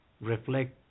reflect